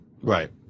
Right